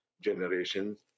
generations